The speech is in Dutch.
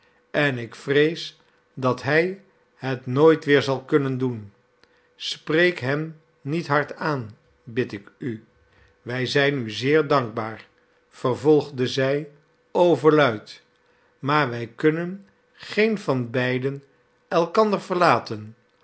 en ik vrees dat hij het nooit weer zal kunnen doen spreek hem niet hard aan bid ik u wij zijn u zeer dankbaar vervolgde zij overluid maar wij kunnen geen van beiden elkander verlaten